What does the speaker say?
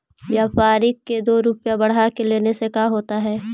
व्यापारिक के दो रूपया बढ़ा के लेने से का होता है?